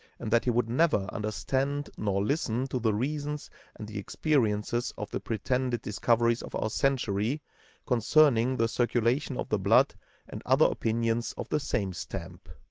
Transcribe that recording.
and that he would never understand nor listen to the reasons and the experiences of the pretended discoveries of our century concerning the circulation of the blood and other opinions of the same stamp.